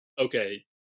okay